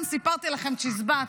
סיפרתי לכם צ'יזבט.